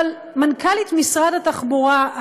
אבל מנכ"לית משרד התחבורה,